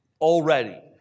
already